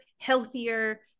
healthier